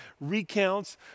recounts